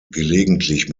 gelegentlich